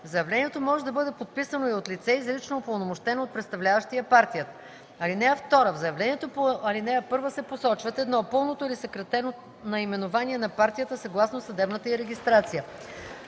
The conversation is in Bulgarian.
Заявлението може да бъде подписано и от лице, изрично упълномощено от представляващия партията. (2) В заявлението по ал. 1 се посочват: 1. пълното или съкратено наименование на партията съгласно съдебната й регистрация;